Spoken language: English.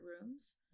rooms